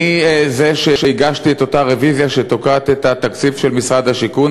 אני הוא שהגיש את אותה רוויזיה שתוקעת את התקציב של משרד השיכון,